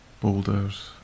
boulders